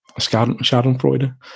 schadenfreude